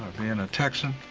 being a texan.